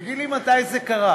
תגיד לי מתי זה קרה,